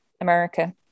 America